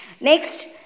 Next